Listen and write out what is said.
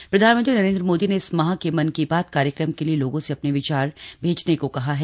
मन की बात प्रधानमंत्री नरेन्द्र मोदी ने इस माह के मन की बात कार्यक्रम के लिए लोगों से अपने विचार भेजने को कहा है